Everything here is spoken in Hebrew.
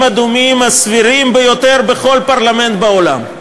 האדומים הסבירים ביותר בכל פרלמנט בעולם.